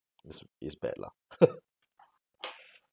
it's it's bad lah